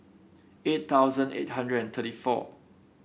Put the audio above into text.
eight thousand eight hundred and thirty four